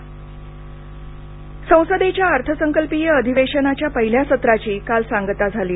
लोकसभा आज संसदेच्या अर्थसंकल्पीय अधिवेशनाच्या पहिल्या सत्राची काल सांगता झाली